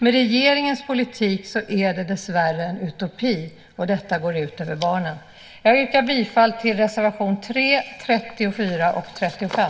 Med regeringens politik är det dessvärre en utopi, och detta går ut över barnen. Jag yrkar bifall till reservationerna 3, 34 och 35.